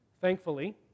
thankfully